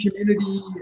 community